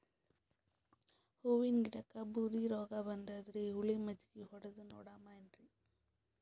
ಹೂವಿನ ಗಿಡಕ್ಕ ಬೂದಿ ರೋಗಬಂದದರಿ, ಹುಳಿ ಮಜ್ಜಗಿ ಹೊಡದು ನೋಡಮ ಏನ್ರೀ?